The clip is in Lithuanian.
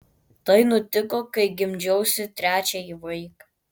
tai nutiko kai gimdžiausi trečiąjį vaiką